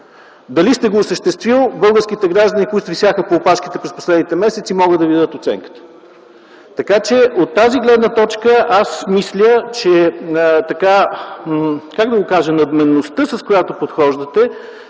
Дали сте го осъществил – българските граждани, които висяха по опашките през последните месеци могат да Ви дадат оценката. От тази гледна точка, аз мисля, че надменността, с която подхождате,